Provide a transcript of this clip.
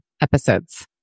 episodes